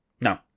no